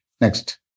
Next